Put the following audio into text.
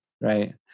right